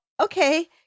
Okay